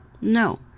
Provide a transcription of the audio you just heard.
No